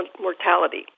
mortality